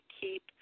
keep